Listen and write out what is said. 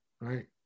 right